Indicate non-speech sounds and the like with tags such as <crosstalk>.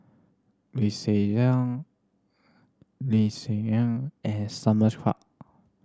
Lim Swee <unintelligible> Ling <unintelligible> Eng and Simon Chua